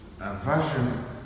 aversion